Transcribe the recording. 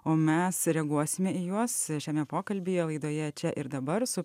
o mes reaguosime į juos šiame pokalbyje laidoje čia ir dabar su